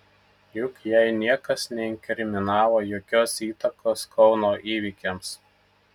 juk jai niekas neinkriminavo jokios įtakos kauno įvykiams